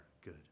good